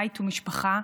בית ומשפחה,